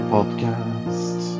Podcast